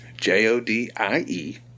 j-o-d-i-e